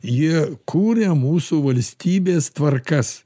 jie kuria mūsų valstybės tvarkas